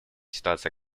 ситуация